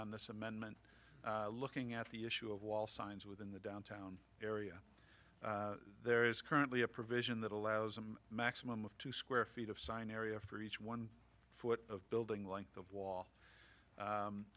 on this amendment looking at the issue of wall signs within the downtown area there is currently a provision that allows them maximum of two square feet of sign area for each one foot of building like the wall